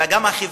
אלא גם החברתי,